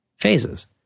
phases